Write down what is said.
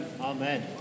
Amen